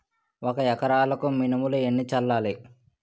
ఒక ఎకరాలకు మినువులు ఎన్ని చల్లాలి?